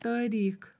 تٲریٖخ